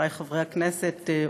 חברי חברי הכנסת,